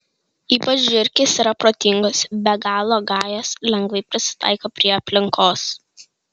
ypač žiurkės yra protingos be galo gajos lengvai prisitaiko prie aplinkos